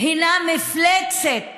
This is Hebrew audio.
היא מפלצת